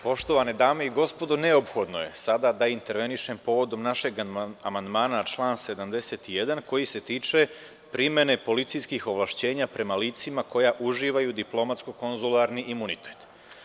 Poštovane dame i gospodo, neophodno je sada da intervenišem povodom našeg amandmana na član 71, koji se tiče primene policijskih ovlašćenja prema lica koja uživaju diplomatsko-konzularni imunitet.